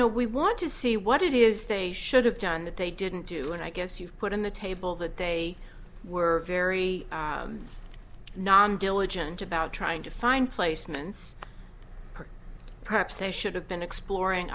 know we want to see what it is they should have done that they didn't do and i guess you've put on the table that they were very non diligent about trying to find placements or perhaps they should have been exploring